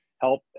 Help